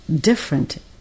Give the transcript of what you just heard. different